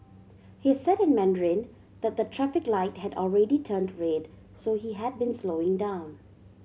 he said in Mandarin the the traffic light had already turn to red so he had been slowing down